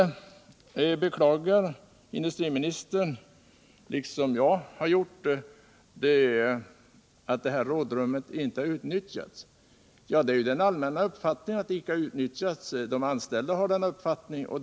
Sedan beklagar industriministern, liksom jag har gjort, att rådrummet inte har utnyttjats. Ja, det är den allmänna uppfattningen att det icke har utnyttjats — de anställda har den uppfattningen.